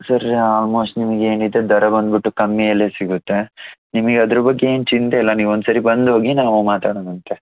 sir almost ನಿಮಗೆ ಏನಿದೆ ದರ ಬಂದ್ಬಿಟ್ಟು ಕಮ್ಮಿಯಲ್ಲೇ ಸಿಗುತ್ತೆ ನಿಮಗೆ ಅದರ ಬಗ್ಗೆ ಏನೂ ಚಿಂತೆ ಇಲ್ಲ ನೀವು ಒಂದು ಸಾರಿ ಬಂದು ಹೋಗಿ ನಾವು ಮಾತಾಡೋಣಂತೆ